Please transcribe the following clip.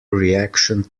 reaction